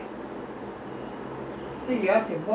the same hotel lah mmhmm mmhmm